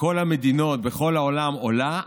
בכל המדינות בכל העולם עולה,